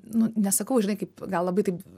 nu ne sakau žinai kaip gal labai taip